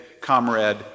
comrade